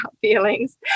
feelings